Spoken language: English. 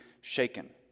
shaken